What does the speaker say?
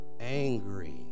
angry